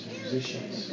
musicians